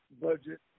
budget